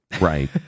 Right